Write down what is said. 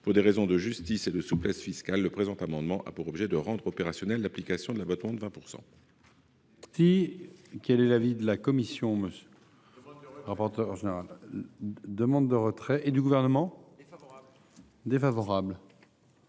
Pour des raisons de justice et de souplesse fiscales, le présent amendement a pour objet de rendre optionnelle l’application de l’abattement de 20 %.